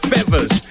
Feathers